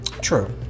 True